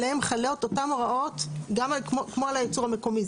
עליהם חלות אותן הוראות כמו על הייצור המקומי.